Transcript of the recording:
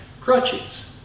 crutches